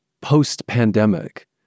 post-pandemic